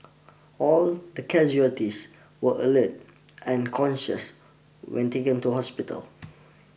all the casualties were alert and conscious when taken to hospital